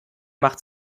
macht